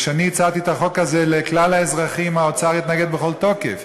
וכשאני הצעתי את החוק הזה לכלל האזרחים האוצר התנגד בכל תוקף,